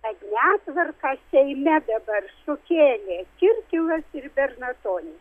kad netvarką seime dabar sukėlė kirkilas ir bernatonis